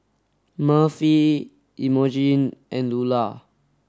Murphy Imogene and Lulah